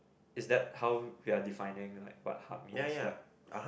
is that how we are defining like what hub means like